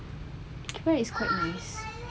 where is court list